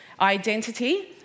identity